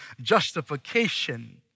justification